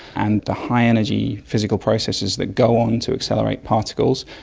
and the high energy physical processes that go on to accelerate particles,